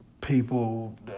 People